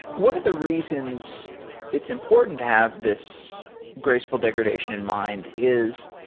one of the reasons it's important to have this graceful degradation in mind is